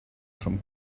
from